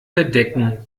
verdecken